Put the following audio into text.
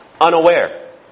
unaware